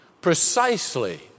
precisely